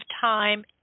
time